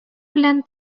белән